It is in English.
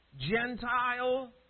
Gentile